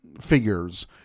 figures